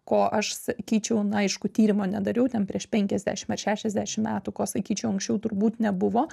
ko aš sakyčiau na aišku tyrimo nedariau ten prieš penkiasdešim ar šešiasdešim metų ko sakyčiau anksčiau turbūt nebuvo